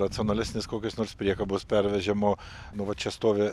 racionalesnės kokios nors priekabos pervežimo nu va čia stovi